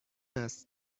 است